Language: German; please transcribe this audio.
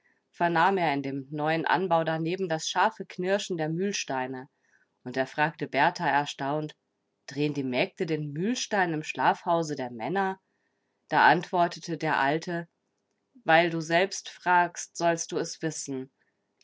vernahm er in dem neuen anbau daneben das scharfe knirschen der mühlsteine und er fragte berthar erstaunt drehen die mägde den mühlstein im schlafhause der männer da antwortete der alte weil du selbst fragst sollst du es wissen